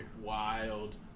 Wild